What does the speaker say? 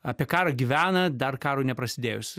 apie karą gyvena dar karui neprasidėjus